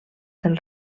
del